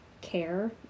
care